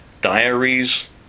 diaries